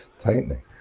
tightening